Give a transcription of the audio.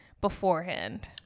beforehand